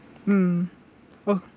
mm oh